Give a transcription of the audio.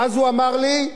ואז הוא אמר לי: